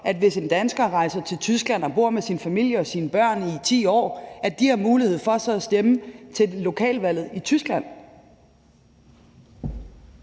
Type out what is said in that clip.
at en dansker, som rejser til Tyskland, og som bor der med sin familie og sine børn i 10 år, har mulighed for at stemme til lokalvalget i Tyskland.